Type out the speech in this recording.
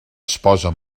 esposa